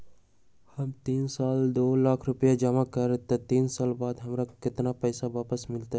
हम तीन साल ला दो लाख रूपैया जमा करम त तीन साल बाद हमरा केतना पैसा वापस मिलत?